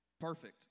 Perfect